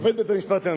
שופט בית-המשפט העליון.